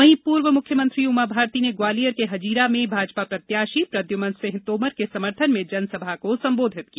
वहीं पूर्व मुख्यमंत्री उमा भारती ने ग्वालियर के हजीरा में भाजपा प्रत्याशी प्रद्यमन सिंह तोमर के समर्थन में जनसभा को संबोधित किया